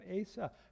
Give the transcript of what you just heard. Asa